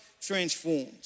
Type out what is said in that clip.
transformed